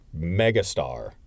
megastar